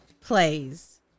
plays